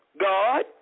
God